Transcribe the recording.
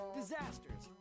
disasters